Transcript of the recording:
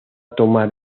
tomar